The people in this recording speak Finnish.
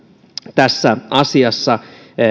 tässä asiassa